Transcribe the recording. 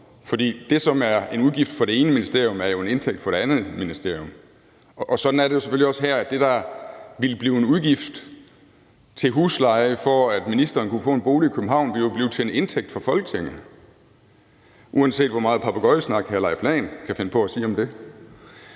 for det, som er en udgift for det ene ministerium, er jo en indtægt for det andet ministerium. Sådan er det jo selvfølgelig også her. Det, der ville blive en udgift til husleje, for at ministeren kunne få en bolig i København, ville jo blive til en indtægt for Folketinget, uanset hvor meget papegøjesnak, hr. Leif Lahn Jensen kan finde på at komme